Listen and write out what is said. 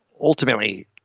ultimately